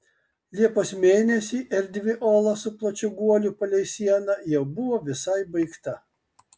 liepos mėnesį erdvi ola su plačiu guoliu palei sieną jau buvo visai baigta